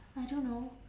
I don't know